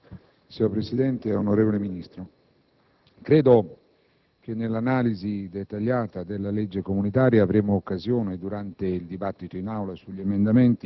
sull'operato del potere esecutivo.